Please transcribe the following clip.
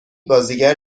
بازیگر